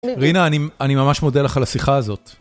רינה, אני ממש מודה לך על השיחה הזאת.